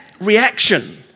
reaction